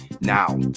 Now